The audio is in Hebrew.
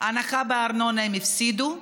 הנחה בארנונה הם הפסידו,